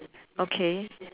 okay